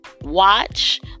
watch